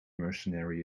mercenary